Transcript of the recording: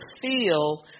feel